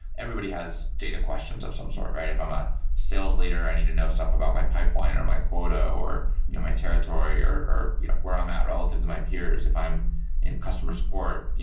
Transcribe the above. everybody had data questions of some sort, right? if i'm a sales leader, i need to know stuff about my pipeline, or my quota, or you know my territory, or or you know where i'm at relative to my peers. if i'm in customer support, yeah